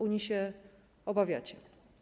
Unii się obawiacie.